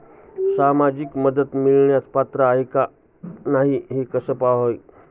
सामाजिक मदत मिळवण्यास पात्र आहे की नाही हे कसे पाहायचे?